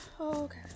okay